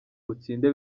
utsinde